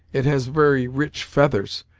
it has very rich feathers.